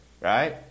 right